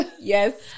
yes